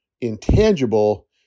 intangible